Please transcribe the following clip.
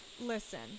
Listen